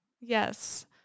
yes